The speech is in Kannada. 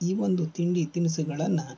ಈ ಒಂದು ತಿಂಡಿ ತಿನಿಸುಗಳನ್ನು